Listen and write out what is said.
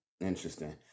Interesting